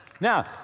Now